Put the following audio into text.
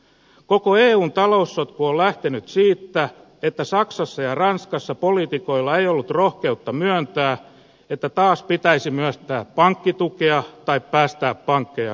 koko eun taloussotku on lähtenyt siitä että saksassa ja ranskassa poliitikoilla ei ollut rohkeutta myöntää että taas pitäisi myöntää pankkitukea tai päästää pankkeja nurin